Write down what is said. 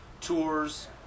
tours